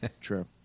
true